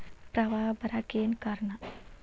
ಪ್ರವಾಹ ಬರಾಕ್ ಏನ್ ಕಾರಣ?